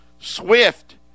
Swift